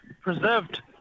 preserved